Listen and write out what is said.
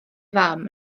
fam